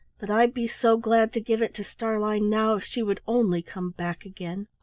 but i'd be so glad to give it to starlein now if she would only come back again.